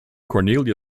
cornelia